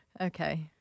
Okay